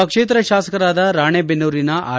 ಪಕ್ಷೇತರ ಶಾಸಕರಾದ ರಾಣೇಬೆನ್ನೂರಿನ ಆರ್